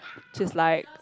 she's like